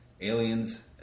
Aliens